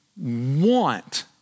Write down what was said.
want